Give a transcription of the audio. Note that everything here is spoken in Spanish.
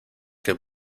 que